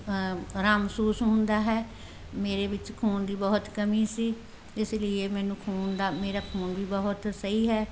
ਅ ਅਰਾਮ ਮਹਿਸੂਸ ਹੁੰਦਾ ਹੈ ਮੇਰੇ ਵਿੱਚ ਖੂਨ ਦੀ ਬਹੁਤ ਕਮੀ ਸੀ ਇਸ ਲਈ ਮੈਨੂੰ ਖੂਨ ਦਾ ਮੇਰਾ ਖੂਨ ਵੀ ਬਹੁਤ ਸਹੀ ਹੈ